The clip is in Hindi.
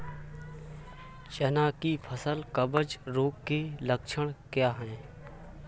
चना की फसल कवक रोग के लक्षण क्या है?